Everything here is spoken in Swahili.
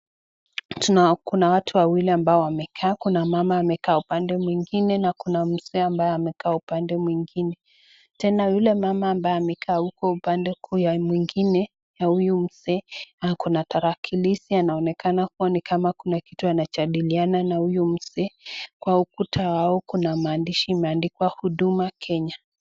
Kuna watu wawili ambao wamemekaa . Kuna mama amekaa upande mwingine na kuna mzee ambaye amekaa upande mwingine. Tena yule mama ambaye amekaa huko upande mwingine ya huyu mzee ako na tarakilishi na inaonekana kuna kitu anajadiliana na huyu mzee. Kwa ukuta wao kuna maandishi imeandikwa huduma Kenya.